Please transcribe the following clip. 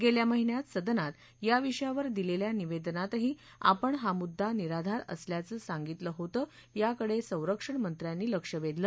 गेल्या महिन्यात सदनात या विषयावर दिलेल्या निवेदनातही आपण हा मुद्दा निराधार असल्याचं सांगितलं होतं याकडे संरक्षण मंत्र्यांनी लक्ष वेधलं